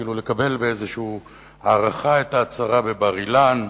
כאילו לקבל באיזו הערכה את ההצהרה בבר-אילן,